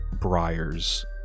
briars